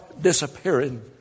disappearing